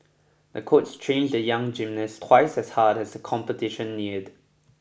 the coach trained the young gymnast twice as hard as the competition neared